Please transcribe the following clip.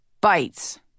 bites